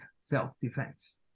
self-defense